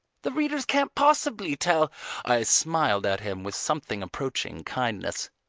the readers can't possibly tell i smiled at him with something approaching kindness.